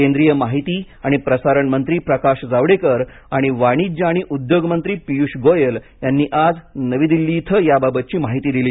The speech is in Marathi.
केंद्रीय माहिती आणि प्रसारण मंत्री प्रकाश जावडेकर आणि वाणिज्य आणि उद्योग मंत्री पियुष गोयल यांनी आज नवी दिल्ली इथं याबाबतची माहिती दिली